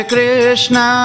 Krishna